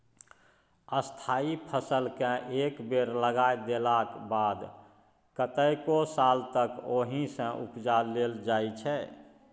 स्थायी फसलकेँ एक बेर लगा देलाक बाद कतेको साल तक ओहिसँ उपजा लेल जाइ छै